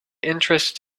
interested